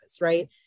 right